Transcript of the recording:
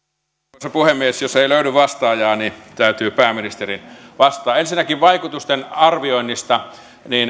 arvoisa puhemies jos ei löydy vastaajaa niin täytyy pääministerin vastata ensinnäkin vaikutusten arvioinnista